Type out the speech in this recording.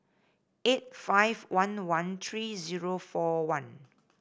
eight five one one three zero four one